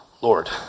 Lord